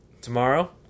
tomorrow